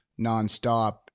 nonstop